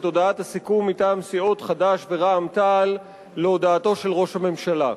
את הודעת הסיכום מטעם סיעות חד"ש ורע"ם-תע"ל להודעתו של ראש הממשלה: